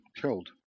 killed